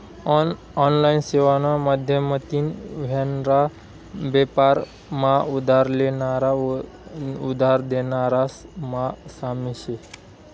online सेवाना माध्यमतीन व्हनारा बेपार मा उधार लेनारा व उधार देनारास मा साम्य शे